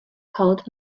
called